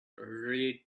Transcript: read